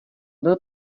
byl